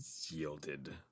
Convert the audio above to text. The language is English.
Yielded